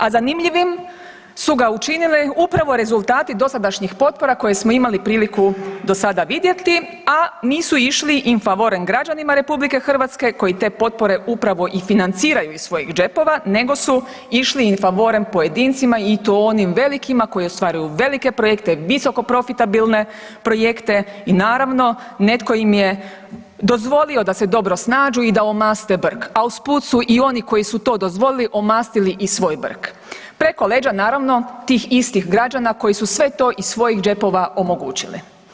A zanimljivim su ga učinili upravo rezultati dosadašnjih potpora koje smo imali priliku do sada vidjeti, a nisu išli in favorem građanima RH koji te potpore upravo i financiraju iz svojih džepova nego su išli in favorem pojedincima i to onim velikima koji ostvaruju velike projekte, visoko profitabilne projekte i naravno netko im je dozvolio da se dobro snađu i da omaste brk, a usput su i oni koji su to dozvolili omastili i svoj brk preko leđa naravno tih istih građana koji su sve to iz svojih džepova omogućili.